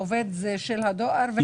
העובד הוא של הדואר?